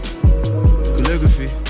Calligraphy